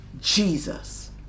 Jesus